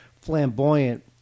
flamboyant